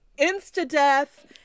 Insta-death